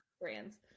brands